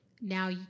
now